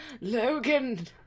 Logan